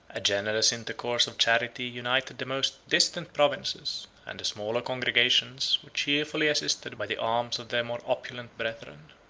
a generous intercourse of charity united the most distant provinces, and the smaller congregations were cheerfully assisted by the alms of their more opulent brethren.